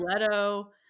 Leto